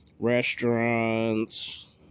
Restaurants